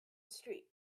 street